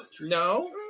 No